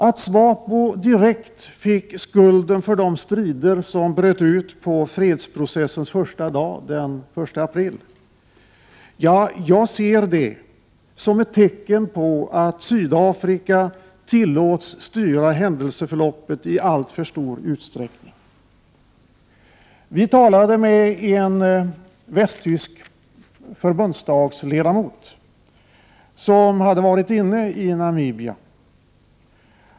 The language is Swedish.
Att SNVAPO direkt fick skulden för de strider som bröt ut på fredsprocessens första dag den 1 april ser jag som ett tecken på att Sydafrika tillåts styra händelseförloppet i alltför stor utsträckning. Vi talade med en västtysk förbundsdagsledamot, som hade varit inne i Namibia.